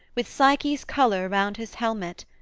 with psyche's colour round his helmet,